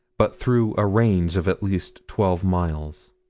but through a range of at least twelve miles.